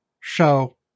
show